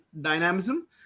dynamism